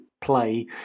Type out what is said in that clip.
play